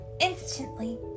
Instantly